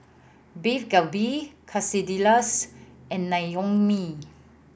Beef Galbi Quesadillas and Naengmyeon